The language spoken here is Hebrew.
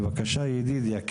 בבקשה, ידידיה.